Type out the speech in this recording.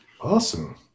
Awesome